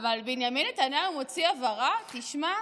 אבל בנימין נתניהו מוציא הבהרה, תשמע,